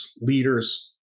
leaders